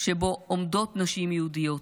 שבו עומדות נשים יהודיות.